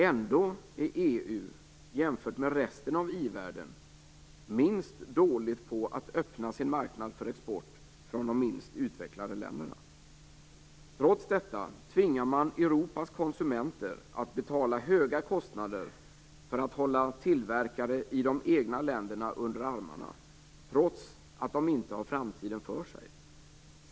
Ändå är EU jämfört med resten av i-världen minst dåligt på att öppna sin marknad för export från de minst utvecklade länderna. Trots detta tvingar man Europas konsumenter att betala ett högt pris när det gäller kostnader för att hålla tillverkare i de egna länderna under armarna, trots att de inte har framtiden för sig.